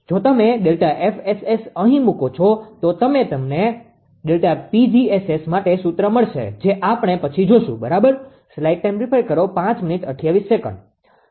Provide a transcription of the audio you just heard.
જો તમે ΔFSS અહી મુકો છો તો તમને ΔPg𝑆𝑆 માટે સૂત્ર મળશે જે આપણે પછી જોશું બરાબર